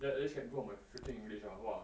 then at least can go on my freaking english ah !wah!